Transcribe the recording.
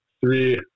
three